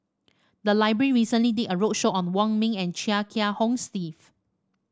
the library recently did a roadshow on Wong Ming and Chia Kiah Hong Steve